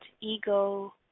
ego